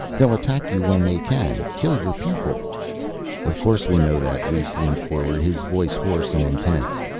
they'll attack you when they can, kill your people of course we know that! rhes leaned forward, his voice hoarse and intense.